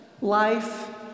life